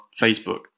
Facebook